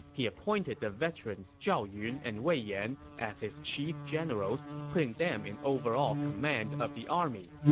he appointed the veterans zhao yun and wei yan as his chief generals, putting them in overall command of the army.